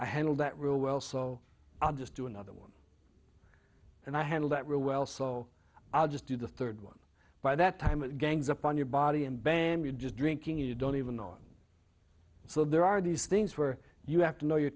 i handle that real well so i'll just do another one and i handle that real well so i'll just do the third one by that time and gangs up on your body in bandages drinking you don't even on so there are these things where you have to know your